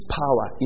power